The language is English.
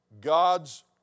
God's